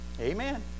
Amen